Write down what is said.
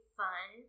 fun